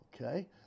okay